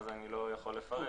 אז אני לא יכול לפרט,